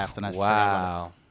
Wow